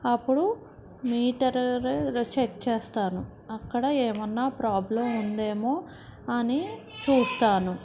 అప్పుడు meter check చేస్తాను అక్కడ ఏమన్నా ప్రాబ్లం ఉందేమో అని చూస్తాను